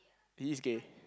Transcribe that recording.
he is gay